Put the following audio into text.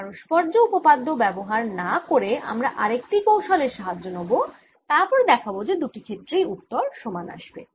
পারস্পর্য্য উপপাদ্য ব্যবহার না করে আমরা আরেকটি কৌশল এর সাহাজ্য নেব তারপর দেখাব যে দুই ক্ষেত্রেই উত্তর সমান আসে